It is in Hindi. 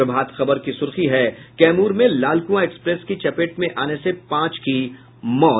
प्रभात खबर की सुर्खी है कैमूर में लालकुआं एक्सप्रेस की चपेट में आने से पांच की मौत